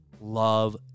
love